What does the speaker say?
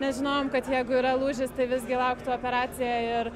nes žinojom kad jeigu yra lūžis tai visgi lauktų operacija ir